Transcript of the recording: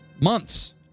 months